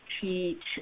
teach